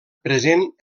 present